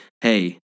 hey